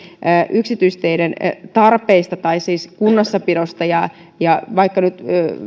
yksityisteiden tarpeista tai siis kunnossapidosta ja ja vaikka nyt